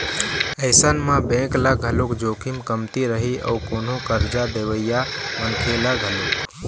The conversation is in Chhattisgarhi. अइसन म बेंक ल घलोक जोखिम कमती रही अउ कोनो करजा देवइया मनखे ल घलोक